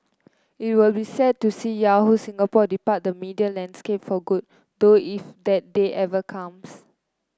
it will be sad to see Yahoo Singapore depart the media landscape for good though if that day ever comes